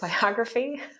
biography